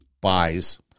buys